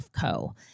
Co